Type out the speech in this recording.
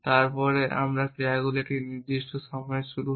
তারপরে ক্রিয়াগুলি একটি নির্দিষ্ট সময়ে শুরু হয়